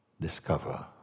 discover